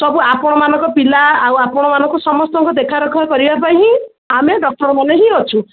ସବୁ ଆପଣମାନଙ୍କ ପିଲା ଆଉ ଆପଣମାନଙ୍କୁ ସମସ୍ତଙ୍କୁ ଦେଖା ରଖା କରିବା ପାଇଁଁ ହିଁ ଆମେ ଡକ୍ଟରମାନେ ହିଁ ଅଛୁ